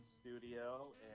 studio